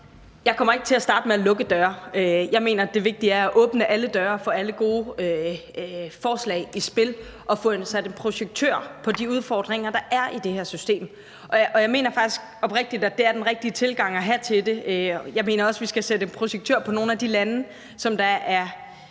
Jeg kommer ikke til at starte med at lukke døre. Jeg mener, det vigtige er at åbne alle døre for alle gode forslag, der kommer i spil, og få sat en projektør på de udfordringer, der er i det her system. Og jeg mener faktisk oprigtigt, at det er den rigtige tilgang at have til det. Jeg mener også, at vi skal sætte en projektør på nogle af de lande, som er et